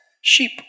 sheep